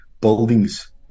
buildings